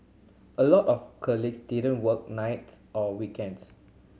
a lot of colleagues didn't work nights or weekends